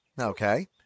Okay